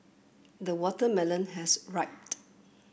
the watermelon has